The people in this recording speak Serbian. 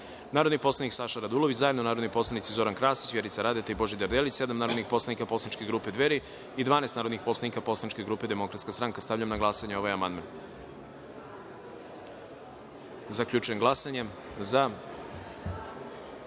narodni poslanik Saša Radulović, zajedno narodni poslanici Zoran Krasić, Vjerica Radeta i LJiljana Mihajlović, sedam narodnih poslanik poslaničke grupe Dveri i 12 narodnih poslanika poslaničke grupe Demokratska stranka. Stavljam na glasanje ovaj amandman. Zaključujem glasanje i